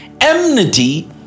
enmity